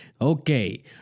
okay